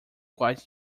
quite